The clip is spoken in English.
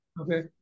Okay